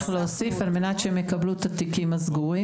להוסיף על-מנת שהם יקבלו את התיקים הסגורים.